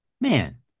man